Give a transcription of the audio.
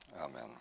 amen